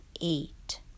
eight